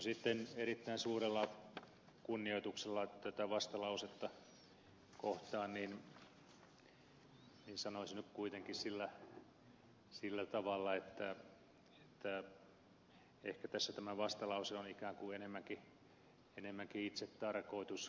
sitten erittäin suurella kunnioituksella tätä vastalausetta kohtaan sanoisin nyt kuitenkin sillä tavalla että ehkä tässä tämä vastalause on enemmänkin ikään kuin itsetarkoitus